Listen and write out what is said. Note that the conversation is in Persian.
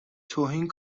توهین